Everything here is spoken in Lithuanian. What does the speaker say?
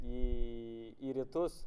į į rytus